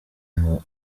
ngo